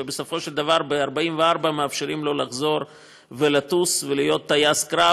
ובסופו של דבר ב-1944 מאפשרים לו לחזור ולטוס ולהיות טייס קרב,